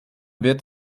wird